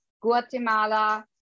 Guatemala